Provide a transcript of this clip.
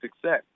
success